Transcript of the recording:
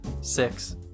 Six